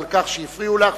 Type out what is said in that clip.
על כך שהפריעו לך.